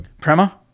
Prema